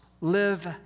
live